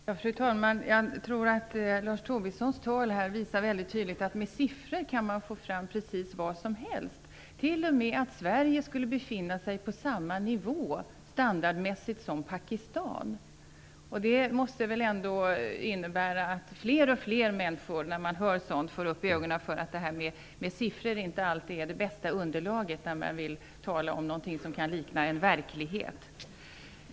Fru talman! Jag tror att Lars Tobissons tal här väldigt tydligt visar att man med siffror kan få fram precis vad som helst, t.o.m. att Sverige standardmässigt skulle befinna sig på samma nivå som Pakistan. Det måste väl ändå innebära att allt fler människor när de hör sådant får upp ögonen för att siffror inte alltid är det bästa underlaget när man vill tala om något som kan likna en verklighet.